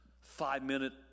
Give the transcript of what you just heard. five-minute